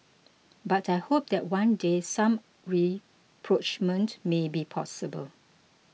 but I hope that one day some rapprochement may be possible